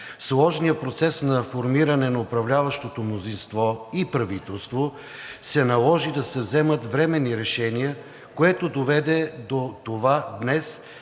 сложния процес на формиране на управляващото мнозинство и правителство се наложи да се вземат временни решения, което доведе до това днес